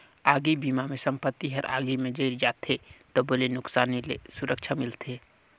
आगी बिमा मे संपत्ति हर आगी मे जईर जाथे तबो ले नुकसानी ले सुरक्छा मिलथे